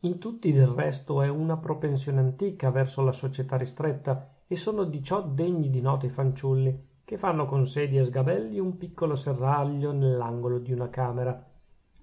in tutti del resto è una propensione antica verso la società ristretta e sono in ciò degni di nota i fanciulli che fanno con sedie e sgabelli un piccolo serraglio nell'angolo di una camera